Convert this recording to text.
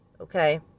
Okay